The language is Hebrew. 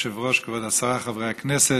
אדוני היושב-ראש, כבוד השרה, חברי הכנסת,